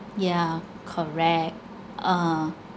yeah correct ah